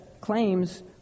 claims